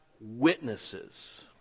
witnesses